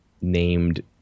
Named